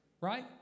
right